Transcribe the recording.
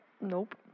Nope